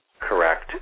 Correct